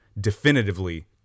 definitively